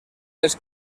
les